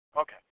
Okay